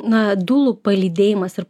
na dūlų palydėjimas ir